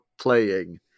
playing